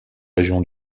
régions